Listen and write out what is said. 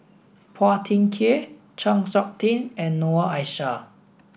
Phua Thin Kiay Chng Seok Tin and Noor Aishah